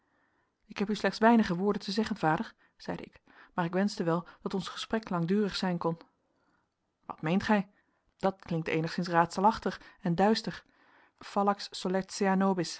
ik heb u slechts weinige woorden te zeggen vader zeide ik maar ik wenschte wel dat ons gesprek langdurig zijn kon wat meent gij dat klinkt eenigszins raadselachtig en duister